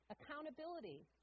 accountability